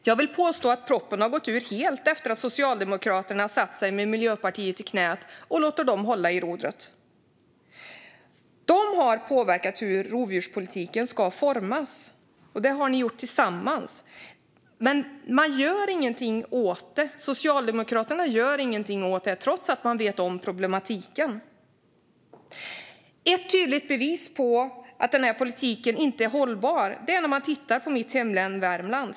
Jag vill påstå att proppen har gått ur helt sedan Socialdemokraterna satte sig med Miljöpartiet i knät och lät dem hålla i rodret. De har påverkat hur rovdjurspolitiken ska formas. Ni har gjort det tillsammans, men Socialdemokraterna gör ingenting åt det - trots att man vet om problematiken. Ett tydligt bevis på att politiken inte är hållbar får man när man tittar på mitt hemlän Värmland.